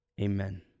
Amen